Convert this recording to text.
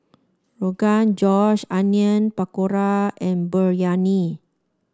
Rogan Josh Onion Pakora and Biryani